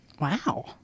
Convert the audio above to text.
Wow